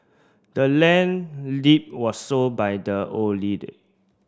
the land deed was sold by the old lady